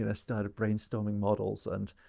and started brainstorming models. and